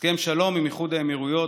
הסכם שלום עם איחוד האמירויות,